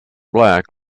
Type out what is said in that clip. black